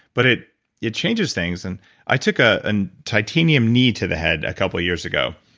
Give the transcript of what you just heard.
but it it changes things and i took a and titanium knee to the head a couple years ago,